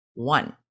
One